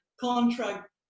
contract